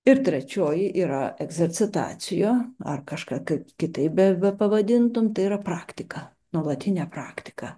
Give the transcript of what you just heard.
ir trečioji yra egzercitacijo ar kažką kaip kitaip be bepavadintum tai yra praktika nuolatinė praktika